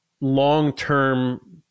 long-term